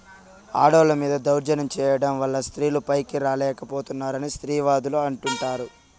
ఆడోళ్ళ మీద దౌర్జన్యం చేయడం వల్ల స్త్రీలు పైకి రాలేక పోతున్నారని స్త్రీవాదులు అంటుంటారు